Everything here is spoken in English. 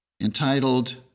entitled